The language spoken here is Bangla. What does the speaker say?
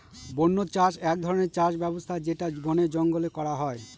বন্য চাষ এক ধরনের চাষ ব্যবস্থা যেটা বনে জঙ্গলে করা হয়